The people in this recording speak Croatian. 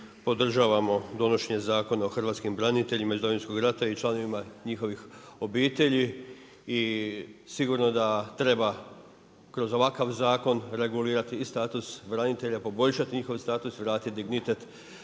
podržavamo donošenje Zakona o hrvatskim branitelja iz Domovinskog rata i članovima njihovih obitelji. I sigurno da treba kroz ovakav zakon regulirati i status branitelja, poboljšati njihov status, vratiti dignitet Domovinskom